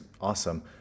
awesome